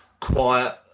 quiet